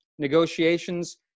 negotiations